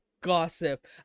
gossip